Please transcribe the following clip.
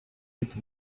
with